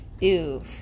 Ew